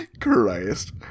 Christ